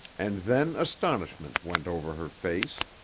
and then astonishment went over her face.